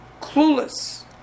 Clueless